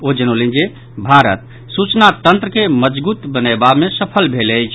ओ जनौलनि जे भारत सूचना तंत्र के मजगूत बनयबा मे सफल भेल अछि